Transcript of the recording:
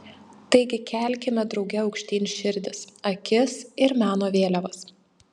taigi kelkime drauge aukštyn širdis akis ir meno vėliavas